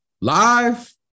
live